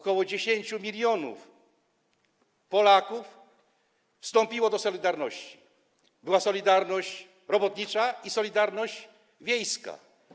Ok. 10 mln Polaków wstąpiło do „Solidarności”, była „Solidarność” robotnicza i „Solidarność” wiejska.